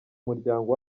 muryango